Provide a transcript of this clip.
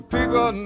People